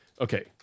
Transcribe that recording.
Okay